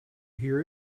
hear